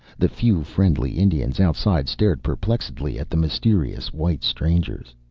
the few friendly indians outside stared perplexedly at the mysterious white strangers.